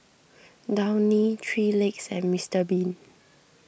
Downy three Legs and Mister Bean